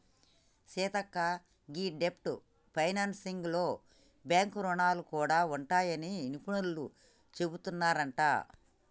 సీతక్క గీ డెబ్ట్ ఫైనాన్సింగ్ లో బాంక్ రుణాలు గూడా ఉంటాయని నిపుణులు సెబుతున్నారంట